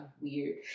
Weird